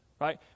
right